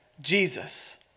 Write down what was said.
Jesus